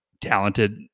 talented